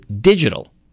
digital